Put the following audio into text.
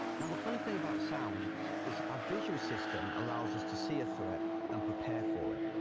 now, the funny thing about sound is, our visual system allows us to see a threat and prepare for it,